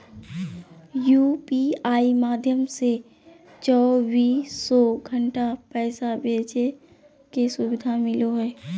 UPI माध्यम से चौबीसो घण्टा पैसा भेजे के सुविधा मिलो हय